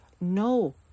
no